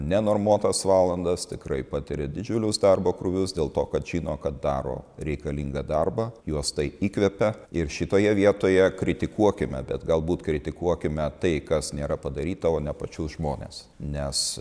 nenormuotas valandas tikrai patiria didžiulius darbo krūvius dėl to kad žino kad daro reikalingą darbą juos tai įkvepia ir šitoje vietoje kritikuokime bet galbūt kritikuokime tai kas nėra padaryta o ne pačius žmones nes